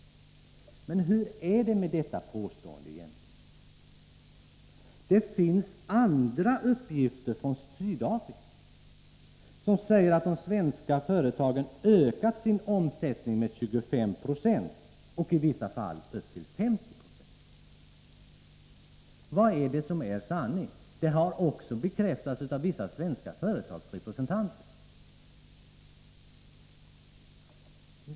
Men hur är det med detta påstående egentligen? Det finns andra uppgifter från Sydafrika, som säger att de svenska företagen ökat sin omsättning med 25 96 och i vissa fall upp till 50 26. Detta har också bekräftats av vissa svenska företags representanter.